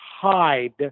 hide